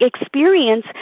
experience